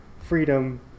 freedom